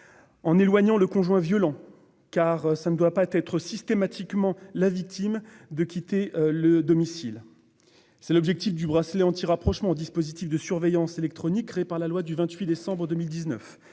en éloignant le conjoint violent, car ce ne doit pas être systématiquement à la victime de quitter le domicile. C'est l'objectif du bracelet anti-rapprochement, dispositif de surveillance électronique créé par la loi du 28 décembre 2019,